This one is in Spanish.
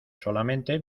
solamente